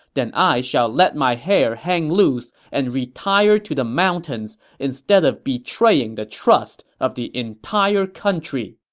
then i shall let my hair hang loose and retire to the mountains instead of betraying the trust of the entire country.